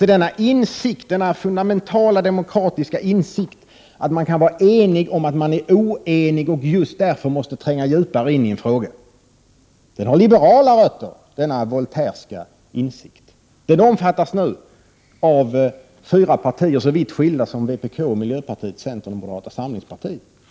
Till denna insikt, denna fundamentala demokratiska insikt, att man kan vara enig om att man är oenig och just därför måste tränga djupare in i en fråga, denna Voltaireska insikt, har liberala rötter. Den omfattas nu av fyra partier, så vitt skilda som vpk, miljöpartiet, centern och moderata samlingspartiet.